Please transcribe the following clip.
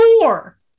Four